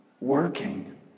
working